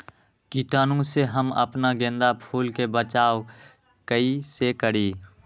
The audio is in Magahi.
कीटाणु से हम अपना गेंदा फूल के बचाओ कई से करी?